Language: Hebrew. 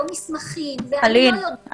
לא מסמכים --- אלין,